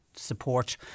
Support